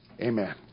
Amen